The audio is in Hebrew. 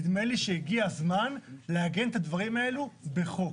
נדמה לי שהגיע הזמן לעגן את הדברים האלה בחוק.